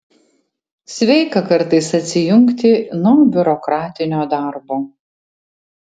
sveika kartais atsijungti nuo biurokratinio darbo